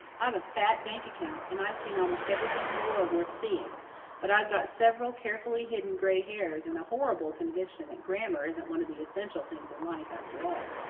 i've a fat bank account, and i've seen almost everything in the world worth seeing but i've got several carefully hidden gray hairs and a horrible conviction that grammar isn't one of the essential things in life after all.